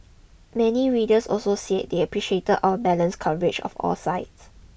many readers also said they appreciated our balanced coverage of all sides